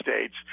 states